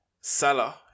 Salah